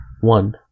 one